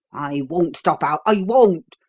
ah won't stop out ah won't!